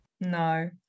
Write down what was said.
no